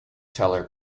teller